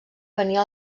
venia